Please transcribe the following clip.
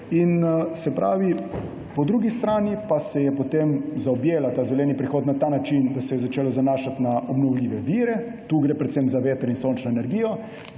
Po drugi strani pa se je potem zaobjel ta zeleni prehod na ta način, da se je začelo zanašati na obnovljive vire. Gre predvsem za veter in sončno energijo.